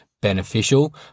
beneficial